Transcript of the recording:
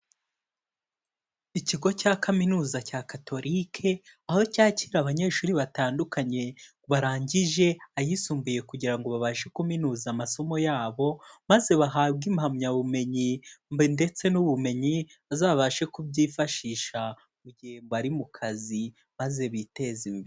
Ikigo cya kaminuza cya catolique, aho cyakira abanyeshuri batandukanye barangije ayisumbuye kugira ngo babashe kuminuza amasomo yabo, maze bahabwe impamyabumenyi ndetse n'ubumenyi bazabashe kubyifashisha mu gihe bari mu kazi maze biteze imbere.